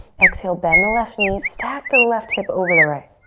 exhale, bend the left knee, stack the left hip over the right.